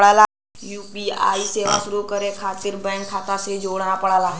UPI सेवा शुरू करे खातिर बैंक खाता से जोड़ना पड़ला